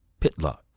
Pitlock